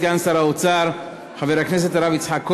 סגן שר האוצר חבר הכנסת הרב יצחק כהן,